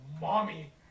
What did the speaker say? mommy